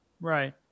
Right